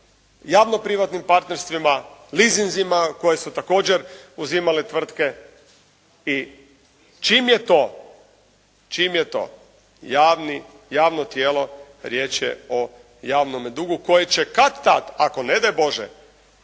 javno privatnim partnerstvima, leasingima koje su također uzimale tvrtke i čim je to javno tijelo riječ je o javnome dugu koje će kad-tad ako ne daj Bože